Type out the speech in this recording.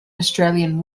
australian